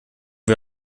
wir